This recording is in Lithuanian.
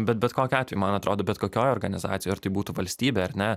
bet bet kokiu atveju man atrodo bet kokioj organizacijoj ar tai būtų valstybė ar ne